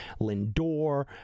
Lindor